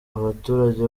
abaturage